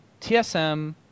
TSM